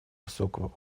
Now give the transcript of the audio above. высокого